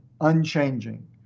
unchanging